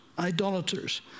idolaters